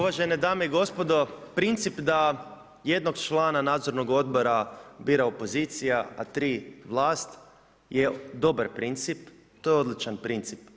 Uvažene dame i gospodo, princip da jednog člana nadzornog odbora bira opozicija a tri vlast je dobar princip, to je odličan princip.